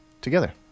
together